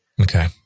Okay